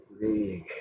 league